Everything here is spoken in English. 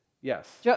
Yes